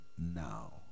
now